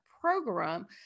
program